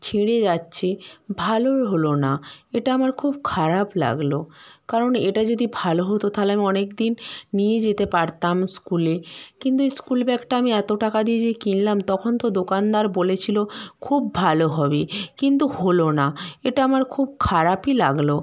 ছিঁড়ে যাচ্ছে ভালোর হলো না এটা আমার খুব খারাপ লাগলো কারণ এটা যদি ভালো হতো তাহলে আমি অনেক দিন নিয়ে যেতে পারতাম স্কুলে কিন্তু এই স্কুল ব্যাগটা আমি যে এত টাকা দিয়ে কিনলাম তখন তো দোকানদার বলেছিলো খুব ভালো হবে কিন্তু হলো না এটা আমার খুব খারাপই লাগলো